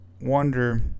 wonder